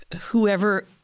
whoever—